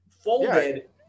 folded